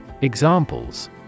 Examples